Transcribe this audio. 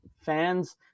fans